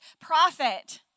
prophet